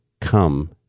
come